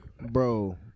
bro